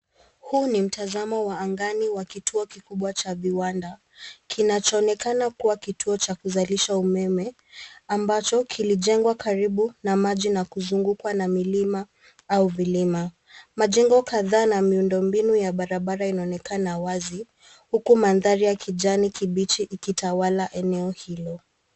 Huu ni mtazamo wa angani wa kituo kikubwa cha viwanda kinachoonekana kuwa kituo cha kuzalisha umeme ambacho kilijengwa karibu na maji na kuzungukwa na milima au vilima. Majengo kadhaa na miundombinu ya barabara inaonekana wazi huku mandhari ya kijani kibichi ikitawala eneo hilo.